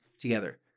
together